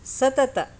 सततं